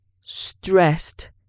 stressed